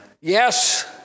Yes